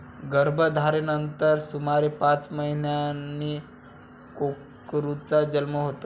गर्भधारणेनंतर सुमारे पाच महिन्यांनी कोकरूचा जन्म होतो